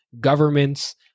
governments